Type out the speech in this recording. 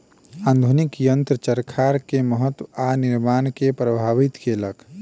आधुनिक यंत्र चरखा के महत्त्व आ निर्माण के प्रभावित केलक